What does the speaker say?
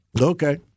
Okay